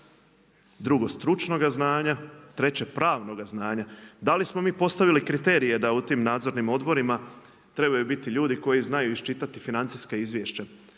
drugo stručnoga znanja, treće pravnoga znanja. Da li smo mi postavili kriterije, da u tim nadzornim odborima trebaju biti ljudi koji znaju iščitati financijska izvješća.